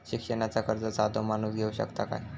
शिक्षणाचा कर्ज साधो माणूस घेऊ शकता काय?